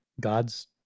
God's